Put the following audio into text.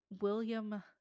William